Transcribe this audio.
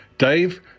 Dave